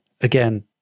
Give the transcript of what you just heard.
Again